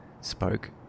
spoke